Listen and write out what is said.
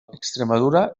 extremadura